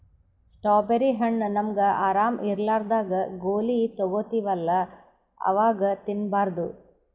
strawberry ಹಣ್ಣ್ ನಮ್ಗ್ ಆರಾಮ್ ಇರ್ಲಾರ್ದಾಗ್ ಗೋಲಿ ತಗೋತಿವಲ್ಲಾ ಅವಾಗ್ ತಿನ್ಬಾರ್ದು